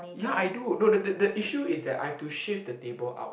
ya I do no the the the issue is that I have to shift the table out